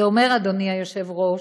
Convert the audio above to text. זה אומר, אדוני היושב-ראש,